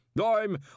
I'm